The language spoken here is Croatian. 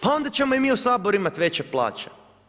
Pa onda ćemo mi u Saboru imati veće plaće.